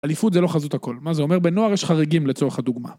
אליפות זה לא חזות הכל. מה זה אומר? בנוער יש חריגים לצורך הדוגמה.